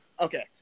Okay